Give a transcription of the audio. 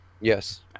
yes